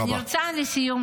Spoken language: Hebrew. לסיום,